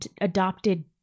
adopted